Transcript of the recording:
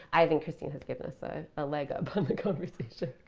i think christine has given us ah a leg up on the conversation